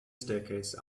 staircase